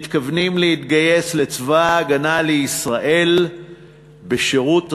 מתכוונים להתגייס לצבא הגנה לישראל בשירות רגיל.